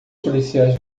policiais